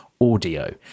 audio